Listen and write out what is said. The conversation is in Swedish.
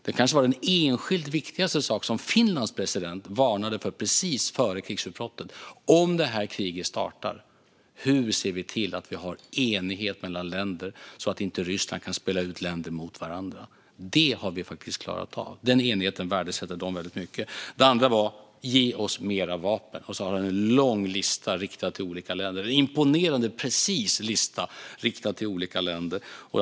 Det kanske var den enskilt viktigaste sak som Finlands president varnade för precis före krigsutbrottet: Om detta krig startar, hur ser vi till att ha enighet mellan länderna så att inte Ryssland kan spela ut länder mot varandra? Det har vi faktiskt klarat av. Den enigheten värdesätter de väldigt mycket. En annan sak var: Ge oss mer vapen! Och så hade han en lång och imponerande precis lista riktad till olika länder.